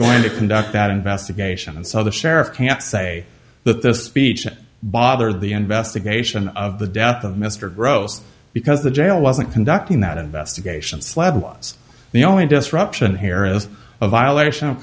going to conduct that investigation and so the sheriff can't say that this speech bothered the investigation of the death of mr gross because the jail wasn't conducting that investigation sled was the only disruption here is a violation of